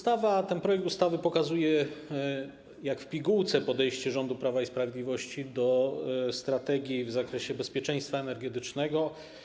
Ten projekt ustawy pokazuje jak w pigułce podejście rządu Prawa i Sprawiedliwości do strategii w zakresie bezpieczeństwa energetycznego.